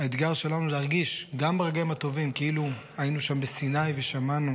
האתגר שלנו להרגיש גם ברגעים הטובים כאילו היינו שם בסיני ושמענו